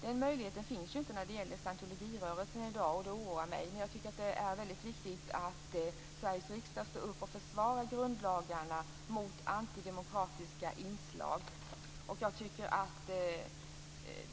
Den möjligheten finns ju inte när det gäller scientologirörelsen, och det oroar mig. Men jag tycker att det är viktigt att Sveriges riksdag står upp och försvarar grundlagarna mot antidemokratiska inslag.